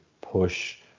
push